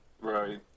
Right